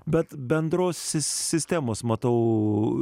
bet bendros sistemos matau